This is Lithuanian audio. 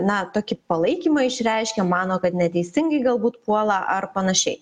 na tokį palaikymą išreiškia mano kad neteisingai galbūt puola ar panašiai